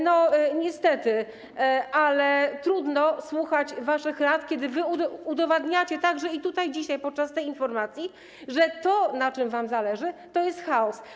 Niestety, ale trudno słuchać waszych rad, kiedy wy udowadniacie także tutaj dzisiaj, podczas tej informacji, że to, na czym wam zależy, to jest chaos.